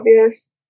obvious